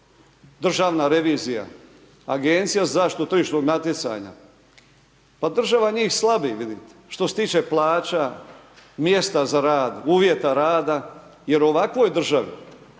državna revizija, Agencija za zaštitu tržišnog natjecanja. Pa država njih slabi vidite što se tiče plaća, mjesta za rad, uvjeta rada. Jer u ovakvoj državi,